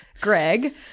Greg